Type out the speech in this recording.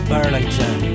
Burlington